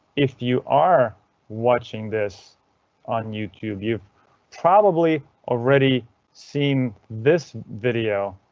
if you are watching this on youtube you've probably already seen this video.